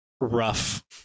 rough